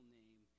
name